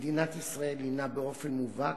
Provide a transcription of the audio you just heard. "מדינת ישראל הינה, באופן מובהק,